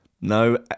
No